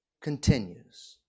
continues